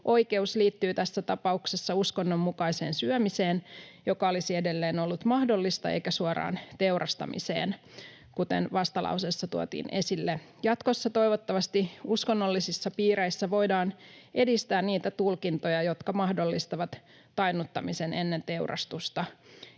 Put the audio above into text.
oikeus liittyy tässä tapauksessa uskonnon mukaiseen syömiseen, joka olisi edelleen ollut mahdollista, eikä suoraan teurastamiseen, kuten vastalauseessa tuotiin esille. Jatkossa toivottavasti uskonnollisissa piireissä voidaan edistää niitä tulkintoja, jotka mahdollistavat tainnuttamisen ennen teurastusta,